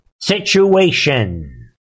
situation